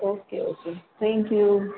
okay okay thank you